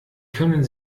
können